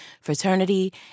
fraternity